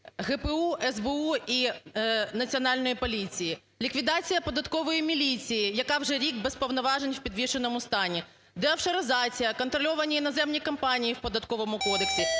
ГПУ, СБУ і Національної поліції; ліквідація Податкової міліції, яка вже рік без повноважень, в підвішеному стані; деофшоризація, контрольовані іноземні компанії в Податковому кодексі